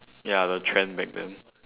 ya the trend back then